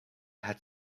had